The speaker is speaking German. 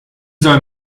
soll